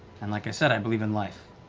and like i said, i believe in life